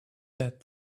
that